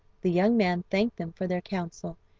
the young man thanked them for their counsel,